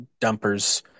dumpers